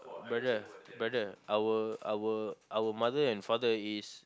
brother brother our our our mother and father is